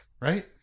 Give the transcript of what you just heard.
Right